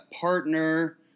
partner